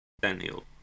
Daniel